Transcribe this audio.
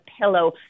pillow